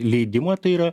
leidimą tai yra